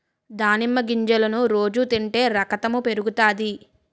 దానిమ్మ గింజలను రోజు తింటే రకతం పెరుగుతాది